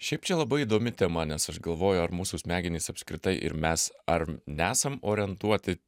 šiaip čia labai įdomi tema nes aš galvoju ar mūsų smegenys apskritai ir mes ar nesam orientuoti